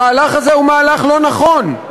המהלך הזה הוא מהלך לא נכון,